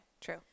True